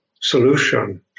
solution